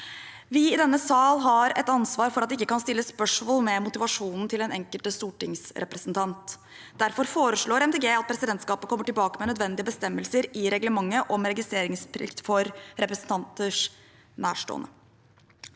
Vi i denne sal har et ansvar for at det ikke kan stilles spørsmål ved motivasjonen til den enkelte stortingsrepresentant. Derfor foreslår Miljøpartiet De Grønne at presidentskapet kommer tilbake med nødvendige bestemmelser i reglementet om registreringsplikt for representanters nærstående.